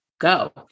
Go